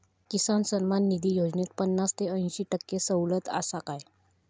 किसान सन्मान निधी योजनेत पन्नास ते अंयशी टक्के सवलत आसा काय?